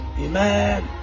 amen